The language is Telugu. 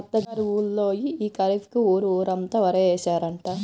మా అత్త గారి ఊళ్ళో యీ ఖరీఫ్ కి ఊరు ఊరంతా వరే యేశారంట